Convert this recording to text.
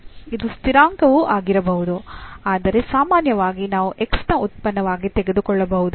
ಇದು ಸ್ಥಿರಾಂಕವೂ ಆಗಿರಬಹುದು ಆದರೆ ಸಾಮಾನ್ಯವಾಗಿ ನಾವು x ನ ಉತ್ಪನ್ನವಾಗಿ ತೆಗೆದುಕೊಳ್ಳಬಹುದು